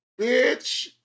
Bitch